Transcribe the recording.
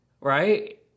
right